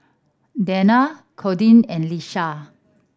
Dana Cordie and Lisha